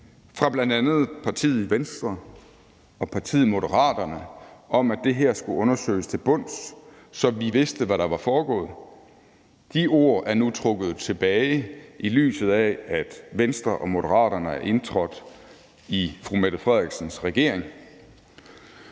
fra bl.a. partiet Venstre og partiet Moderaterne, om, at det her skulle undersøges til bunds, så vi vidste, hvad der var foregået, er nu trukket tilbage, i lyset af at Venstre og Moderaterne er indtrådt i fru Mette Frederiksens regering.